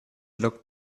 looked